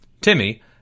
Timmy